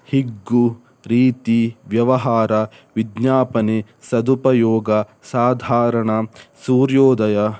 ಹಿಗ್ಗು ಪ್ರೀತಿ ವ್ಯವಹಾರ ವಿಜ್ಞಾಪನೆ ಸದುಪಯೋಗ ಸಾಧಾರಣ ಸೂರ್ಯೋದಯ